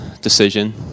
decision